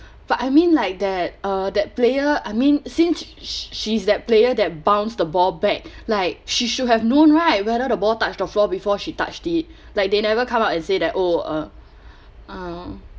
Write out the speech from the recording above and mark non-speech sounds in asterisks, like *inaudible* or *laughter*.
but I mean like that uh that player I mean since sh~ sh~ she's that player that bounce the ball back like she should have known right whether the ball touch the floor before she touched it like they never come out and say that oh uh *noise*